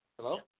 Hello